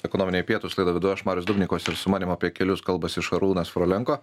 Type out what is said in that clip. ekonominiai pietūs laidą vedu aš marius dubnikovas ir su manim apie kelius kalbasi šarūnas frolenko